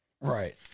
Right